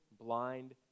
blind